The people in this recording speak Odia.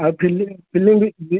ଆଉ ଫିଲ୍ମ ବି